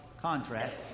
contract